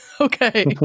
Okay